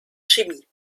chemie